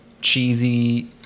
cheesy